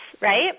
right